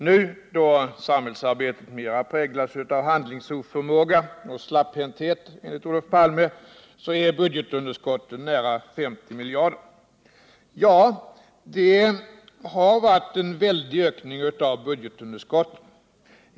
Nu — då samhällsarbetet mera präglas av handlingsoförmåga och slapphet, fortfarande enligt Olof Palme — är budget Ja, det har varit en väldig ökning av budgetunderskotten.